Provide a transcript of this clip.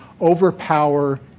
overpower